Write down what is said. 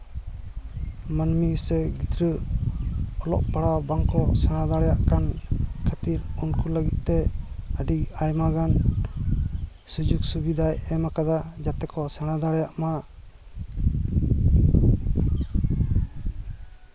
ᱢᱟᱹᱱᱢᱤ ᱥᱮ ᱜᱤᱫᱽᱨᱟᱹ ᱚᱞᱚᱜ ᱯᱟᱲᱦᱟᱣ ᱵᱟᱝ ᱠᱚ ᱥᱮᱬᱟ ᱫᱟᱲᱮᱭᱟᱜ ᱠᱟᱱ ᱠᱷᱟᱹᱛᱤᱨ ᱩᱱᱠᱩ ᱞᱟᱹᱜᱤᱫ ᱛᱮ ᱟᱹᱰᱤ ᱟᱭᱢᱟ ᱜᱟᱱ ᱥᱩᱡᱩᱜᱽ ᱥᱩᱵᱤᱷᱟᱭ ᱮᱢᱟᱠᱟᱫᱟ ᱡᱟᱛᱮ ᱠᱚ ᱥᱮᱬᱟ ᱫᱟᱲᱮᱭᱟᱜᱼᱢᱟ